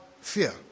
fear